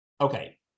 Okay